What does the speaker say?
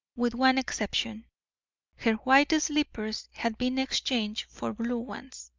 with one exception her white slippers had been exchanged for blue ones.